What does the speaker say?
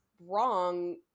wrong